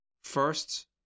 First